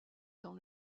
dans